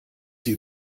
sie